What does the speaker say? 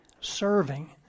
Serving